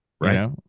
right